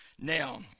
Now